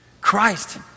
Christ